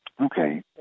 Okay